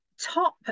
top